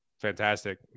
fantastic